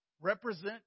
represent